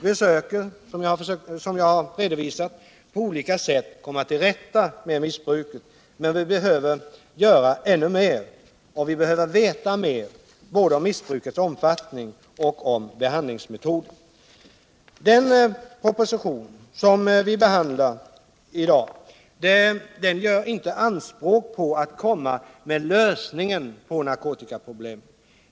Vi söker, som jag har redovisat, på olika sätt komma till rätta med missbruket. Men vi behöver göra ännu mer. Och vi behöver veta mer — både om missbrukets omfattning och om behandlingsmetoderna. Den proposition som vi behandlar i dag gör inte anspråk på att komma med lösningen på narkotikaproblemen.